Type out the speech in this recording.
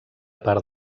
part